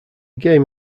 game